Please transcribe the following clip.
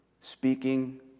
Speaking